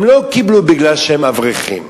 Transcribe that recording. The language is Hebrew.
הם לא קיבלו כי הם אברכים,